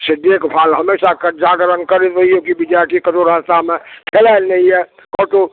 से देखभाल हमेशासँ जागरण करबयमे कि विद्यर्थी कतहुँ रास्तामे केना लैए ऑटो